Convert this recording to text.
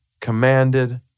commanded